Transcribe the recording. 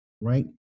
Right